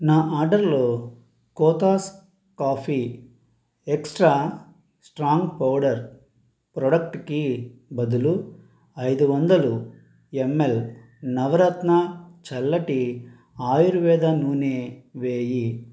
నా ఆడర్లో Kothas coffee extra strong powder ప్రొడక్ట్కి బదులు ఐదు వందలు ఎంఎల్ నవరత్న చల్లటి ఆయుర్వేద నూనె వెయ్యి